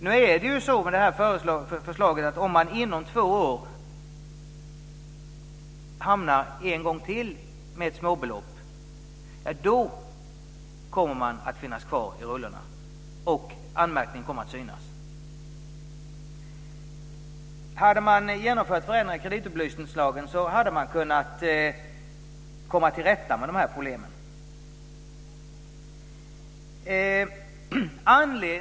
Nu innebär förslaget att om man inom två år restar en gång till med småbelopp kommer man att finnas kvar i rullorna och anmärkningen kommer att synas. Hade man genomfört förändringar i kreditupplysningslagen hade man kunnat komma till rätta med de problemen.